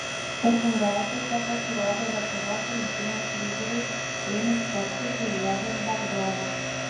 sėkmingiausiai čia pasirodė lietuvos rinktinės lyderiai einius petkus ir juozas bagdonas